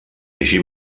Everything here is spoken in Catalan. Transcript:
així